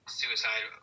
suicide